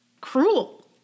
cruel